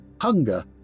hunger